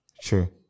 True